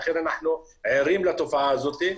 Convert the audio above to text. לכן, אנחנו ערים לתופעה הזאת.